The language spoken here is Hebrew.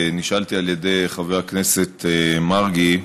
נשאלתי על ידי חבר הכנסת מרגי,